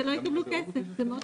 שהם לא יקבלו כסף.